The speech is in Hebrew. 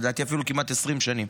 לדעתי אפילו כמעט 20 שנים.